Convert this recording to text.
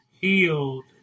healed